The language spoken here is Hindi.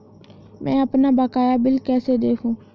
मैं अपना बकाया बिल कैसे देखूं?